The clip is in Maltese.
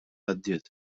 għaddiet